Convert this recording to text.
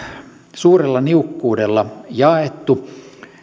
suurella niukkuudella jaettu